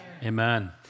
amen